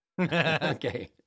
Okay